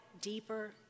deeper